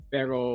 Pero